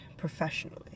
professionally